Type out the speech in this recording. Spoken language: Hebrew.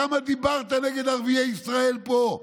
כמה דיברת נגד ערביי ישראל פה,